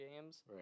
games